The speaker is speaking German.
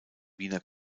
wiener